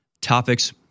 topics